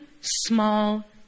small